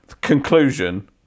conclusion